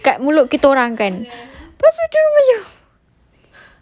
like look kat mulut kita orang kan lepas tu dia orang macam